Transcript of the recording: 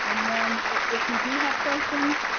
um when, if you do have questions,